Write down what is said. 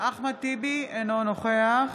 אינו נוכח